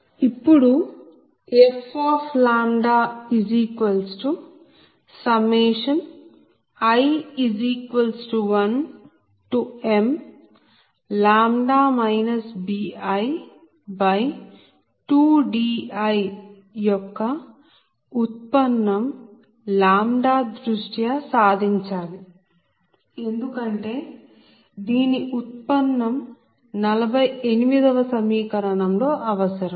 ఇప్పుడు fi1mλ bi2di యొక్క ఉత్పన్నం దృష్ట్యా సాధించాలి ఎందుకంటే దీని ఉత్పన్నం 48 వ సమీకరణం లో అవసరం